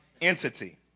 entity